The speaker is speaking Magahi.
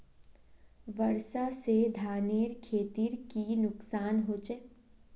वर्षा से धानेर खेतीर की नुकसान होचे?